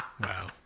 Wow